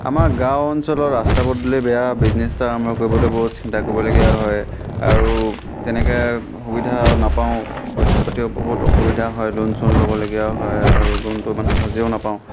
আমাৰ গাঁও অঞ্চলৰ ৰাস্তা পদূলি বেয়া বিজনেছ এটা আৰম্ভ কৰিবলৈ বহুত চিন্তা কৰিবলগীয়া হয় আৰু তেনেকৈ সুবিধা নাপাওঁ পইচা পাতিও বহুত অসুবিধা হয় লোন চোন ল'বলগীয়াও হয় আৰু লোনটো ইমান সহজেও নাপাওঁ